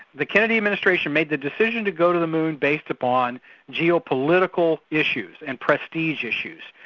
the kennedy administration made the decision to go to the moon based upon geopolitical issues and prestige issues.